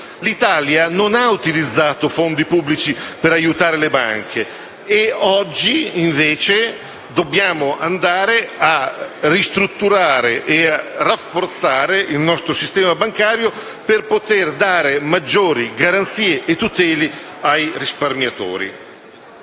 l'Italia non ha utilizzato fondi pubblici per aiutare le banche. Oggi dobbiamo andare a ristrutturare e a rafforzare il nostro sistema bancario, per dare maggiori garanzie e tutele ai risparmiatori.